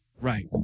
right